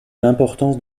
l’importance